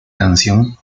canción